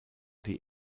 die